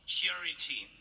charity